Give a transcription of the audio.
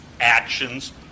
actions